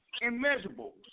Immeasurable